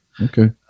okay